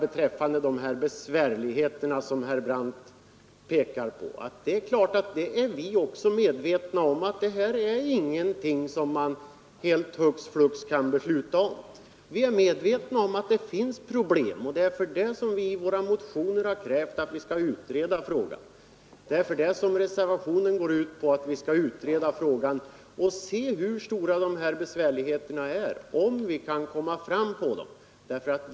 Beträffande de här besvärligheterna som herr Brandt pekar på är det klart att vi också är medvetna om att detta är ingenting som man hux flux kan besluta om. Vi är medvetna om att det finns problem, och det är därför som våra motioner och reservationen går ut på att vi skall utreda frågan och se hur stora besvärligheterna är och om vi kan övervinna dem.